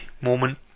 moment